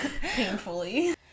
Painfully